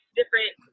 different